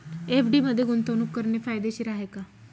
FD मध्ये गुंतवणूक करणे फायदेशीर आहे का?